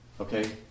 Okay